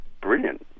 brilliant